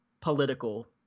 political